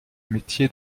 métiers